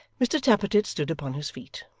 mr tappertit stood upon his feet,